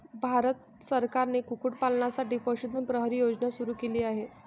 भारत सरकारने कुक्कुटपालनासाठी पशुधन प्रहरी योजना सुरू केली आहे